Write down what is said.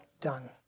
done